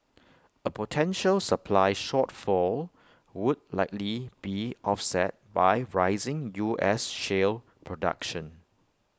A potential supply shortfall would likely be offset by rising U S shale production